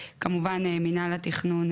שכמובן שהוא בהסכמת מינהל התכנון.